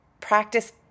practice